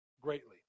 greatly